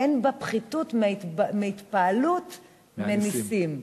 אין בה פחיתות מההתפעלות מהנסים.